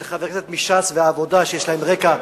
יציבות בין חבר כנסת מש"ס וחבר כנסת מהעבודה שיש להם רקע,